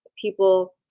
people